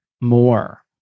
more